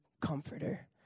Comforter